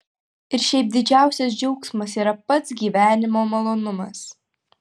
ir šiaip didžiausias džiaugsmas yra pats gyvenimo malonumas